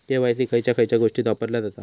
KYC खयच्या खयच्या गोष्टीत वापरला जाता?